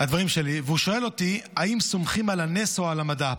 והוא שואל אותי: האם סומכים על הנס או על המדע?